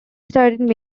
studied